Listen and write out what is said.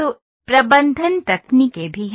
तो प्रबंधन तकनीकें भी हैं